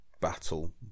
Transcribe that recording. battle